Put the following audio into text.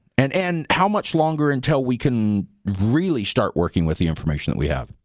and and how much longer until we can really start working with the information that we have?